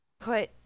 put